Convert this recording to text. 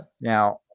Now